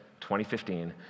2015